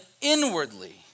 inwardly